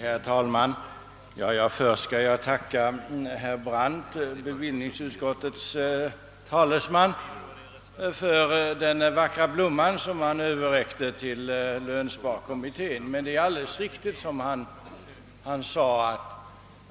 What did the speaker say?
Herr talman! Först vill jag tacka bevillningsutskottets talesman herr Brandt för den vackra blomma han överräckte till lönsparkommittén. Men det är alldeles riktigt som han också sade, att